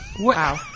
Wow